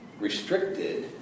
restricted